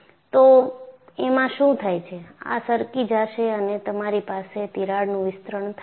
તો એમાં શું થાય છે આ સરકી જાશે અને તમારી પાસે તિરાડનું વિસ્તરણ થાય છે